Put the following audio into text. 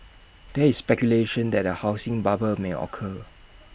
there is speculation that A housing bubble may occur